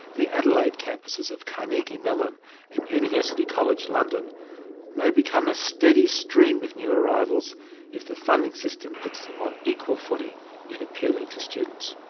the adelaide campuses of carnegie-mellon university and university college london may become a steady stream of new arrivals if the funding system puts them on equal footing in appealing to students.